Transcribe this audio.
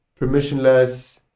permissionless